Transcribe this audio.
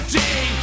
day